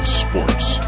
sports